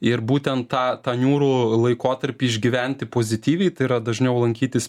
ir būtent tą tą niūrų laikotarpį išgyventi pozityviai tai yra dažniau lankytis